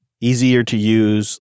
easier-to-use